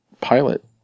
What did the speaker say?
pilot